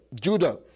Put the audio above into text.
Judah